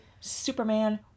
Superman